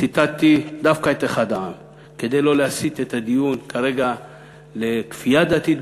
ציטטתי דווקא את אחד העם כדי לא להסיט את הדיון כרגע לכפייה דתית,